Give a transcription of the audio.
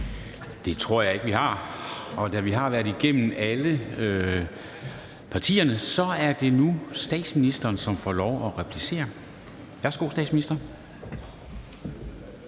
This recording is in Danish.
Det tror jeg ikke vi har. Og da vi har været igennem alle partierne, er det nu statsministeren, som får lov at replicere. Værsgo til statsministeren.